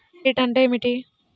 Credit అంటే ఏమిటి?